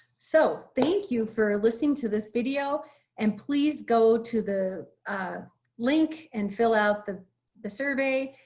so thank you for listening to this video and please go to the link and fill out the the survey.